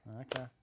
Okay